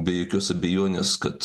be jokios abejonės kad